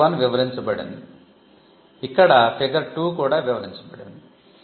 figure 1 వివరించబడింది ఇక్కడ figure 2 కూడా వివరించబడింది